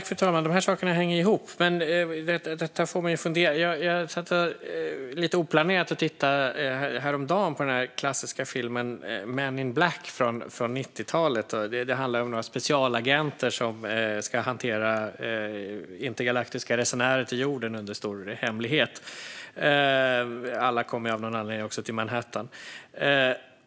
Fru talman! De här sakerna hänger ihop. Detta får mig att fundera. Jag satt häromdagen lite oplanerat och tittade på den klassiska filmen Men in Black från 90-talet. Det handlar om några specialagenter som ska hantera intergalaktiska resenärer till jorden under stor hemlighet. Alla kommer av någon anledning också till Manhattan.